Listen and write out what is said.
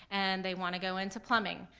and they wanna go into plumbing,